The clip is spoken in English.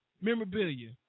memorabilia